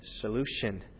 solution